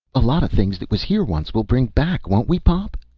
a lot of things that was here once, we'll bring back, won't we, pop?